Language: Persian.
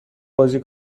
بازی